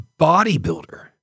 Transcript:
bodybuilder